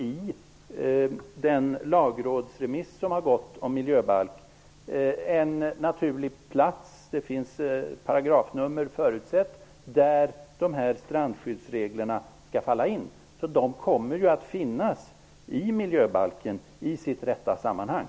I lagrådsremissen om miljöbalken finns en naturlig plats med paragrafnummer förutsedda där dessa strandskyddsregler skall falla in. De kommer att finnas i miljöbalken i sitt rätta sammanhang.